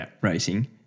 racing